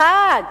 אחד.